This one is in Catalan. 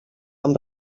amb